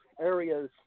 areas